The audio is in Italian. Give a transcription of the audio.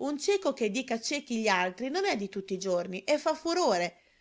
un cieco che dica ciechi gli altri non è di tutti i giorni e fa furore